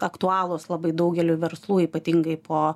aktualūs labai daugeliui verslų ypatingai po